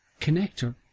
connector